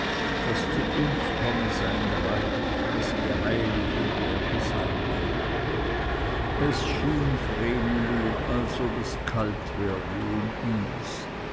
daß zu uns komme sein reich daß geheiligt werde sein name es schien vreneli als ob es kalt werde um ihns